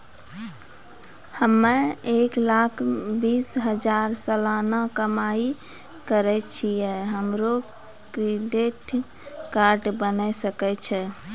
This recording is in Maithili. हम्मय एक लाख बीस हजार सलाना कमाई करे छियै, हमरो क्रेडिट कार्ड बने सकय छै?